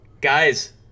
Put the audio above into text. Guys